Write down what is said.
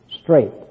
straight